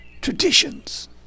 traditions